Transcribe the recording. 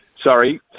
Sorry